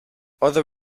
other